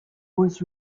was